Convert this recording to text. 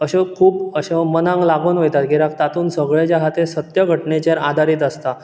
अश्यो खूब अश्यो मनांक लागून वयता कित्याक तातूंत सगळें जें आहा तें सत्य घटनेचेर आधारीत आसता